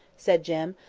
said jem,